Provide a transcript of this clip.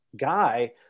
guy